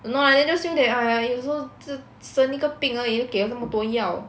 don't know lah then just feel that !aiya! it's so 自生一个病而已就给到那么多药